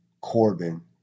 Corbin